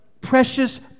precious